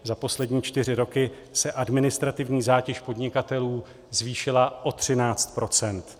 Za poslední čtyři roky se administrativní zátěž podnikatelů zvýšila o 13 procent.